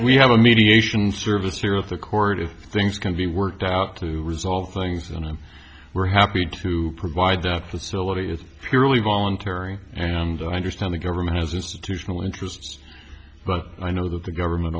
we have a mediation service here at the court if things can be worked out to resolve things and i'm very happy to provide that facility is purely voluntary and i understand the government has institutional interest but i know that the government